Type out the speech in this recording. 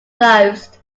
closed